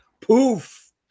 poof